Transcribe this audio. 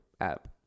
app